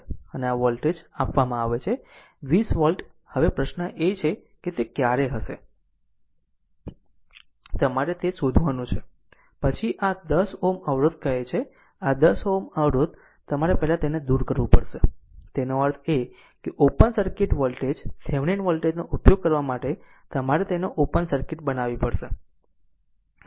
અને આ વોલ્ટેજ આપવામાં આવે છે 20 વોલ્ટ હવે પ્રશ્ન એ છે કે તે ક્યારે હશે તમારે તે શોધવાનું છે પછી આ 10 Ω અવરોધ કહે છે આ 10 Ω અવરોધ તમારે પહેલા તેને દૂર કરવું પડશે તેનો અર્થ એ કે ઓપન સર્કિટ વોલ્ટેજ થેવેનિન વોલ્ટેજનો ઉપયોગ કરવા માટે તમારે તેને ઓપન સર્કિટ બનાવવી પડશે